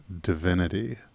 divinity